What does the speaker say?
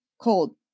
cold